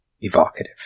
evocative